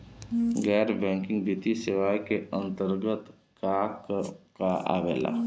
गैर बैंकिंग वित्तीय सेवाए के अन्तरगत का का आवेला?